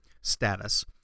status